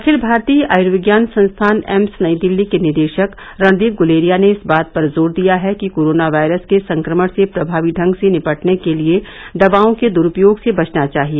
अखिल भारतीय आयुर्विज्ञान संस्थान एम्स नई दिल्ली के निदेशक रणदीप गुलेरिया ने इस बात पर जोर दिया है कि कोरोना वायरस के संक्रमण से प्रभावी ढंग से निपटने के लिए दवाओं के दुरुपयोग से बचना चाहिए